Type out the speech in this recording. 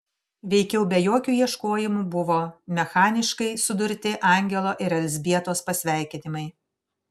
veikiau be jokių ieškojimų buvo mechaniškai sudurti angelo ir elzbietos pasveikinimai